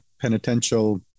penitential